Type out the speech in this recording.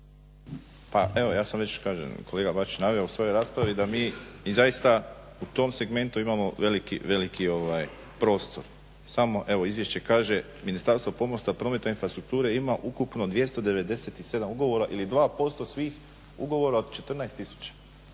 Pa evo ja sam već, kažem kolega Bačić naveo u svojoj raspravi da mi i zaista u tom segmentu imamo veliki prostor. Samo evo izvješće kaže Ministarstvo pomorstva, prometa i infrastrukture ima ukupno 297 ugovora ili 2% svih ugovora od 14